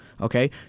Okay